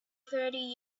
thirty